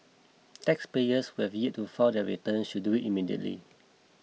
taxpayers who have yet to file their return should do immediately